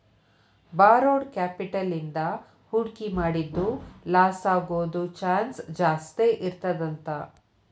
borrowed capital ಇಂದಾ ಹೂಡ್ಕಿ ಮಾಡಿದ್ದು ಲಾಸಾಗೊದ್ ಚಾನ್ಸ್ ಜಾಸ್ತೇಇರ್ತದಂತ